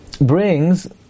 brings